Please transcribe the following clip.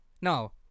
No